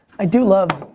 i do love.